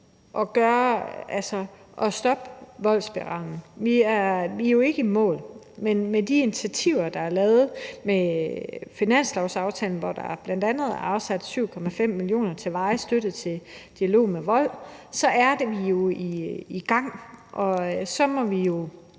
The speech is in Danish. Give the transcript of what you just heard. at stoppe voldsspiralen. Vi er jo ikke i mål, men med de initiativer, der er taget med finanslovsaftalen, hvor der bl.a. er afsat 7,5 mio. kr. til varig støtte til Dialog mod Vold, er vi i gang. Så må vi jo